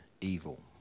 evil